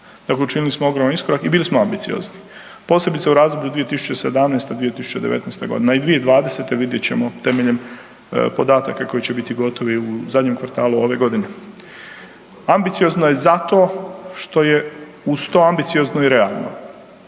dakle učinili smo ogroman iskorak i bili smo ambiciozni, posebice u razdoblju 2017.-2019. i 2020. vidjet ćemo temeljem podataka koji će biti gotovi u zadnjem kvartalu ove godine. Ambiciozno je zato što je uz to ambiciozno i realno,